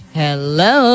hello